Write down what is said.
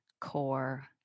core